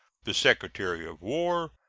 the secretary of war,